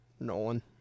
Nolan